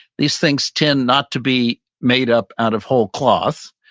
these things tend not to be made up out of whole cloth.